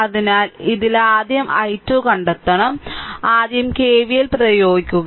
അതിനാൽ ഇതിൽ ആദ്യം i2 കണ്ടെത്തണം അതിനാൽ ആദ്യം KVL പ്രയോഗിക്കുക